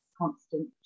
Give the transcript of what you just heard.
constant